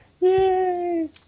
Yay